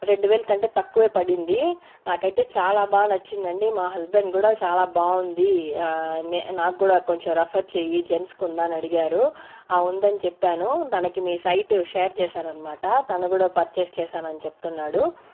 రెండు వేలు కంటే తక్కువే పడింది మాకైతే చాలా బాగా నచ్చిందండి మా హస్బెండ్ కూడా చాలా బావుంది నాక్కూడా కొంచెం రఫెర్ చెయ్యి జెంట్స్కి ఉందా అని అడిగారు ఆ ఉందని చెప్పాను దానికి మీ సైటు షేర్ చేశాననమాట తాను కూడా పర్చేజ్ చేశానని చెప్తున్నాడు